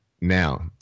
now